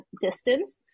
distance